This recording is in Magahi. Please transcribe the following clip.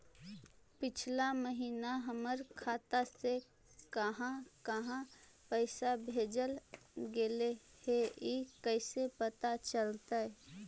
पिछला महिना हमर खाता से काहां काहां पैसा भेजल गेले हे इ कैसे पता चलतै?